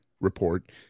report